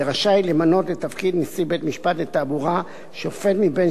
יהיה רשאי למנות לתפקיד נשיא בית-משפט לתעבורה שופט מבין